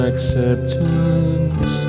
Acceptance